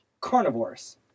carnivores